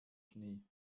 schnee